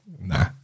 Nah